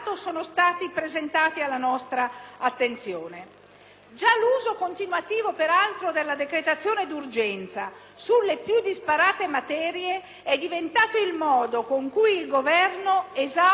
sulle più disparate materie è diventato il modo con cui il governo esautora il Parlamento delle competenze che gli sono proprie. Se ora aggiungiamo il metodo - questo metodo,